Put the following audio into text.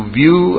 view